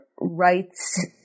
rights